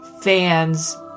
fans